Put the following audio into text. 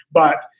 but,